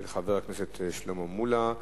של חבר הכנסת שלמה מולה,